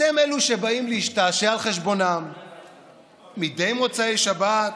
אתם אלו שבאים להשתעשע על חשבונם מדי מוצאי שבת,